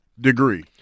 degree